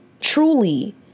Truly